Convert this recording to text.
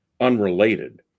unrelated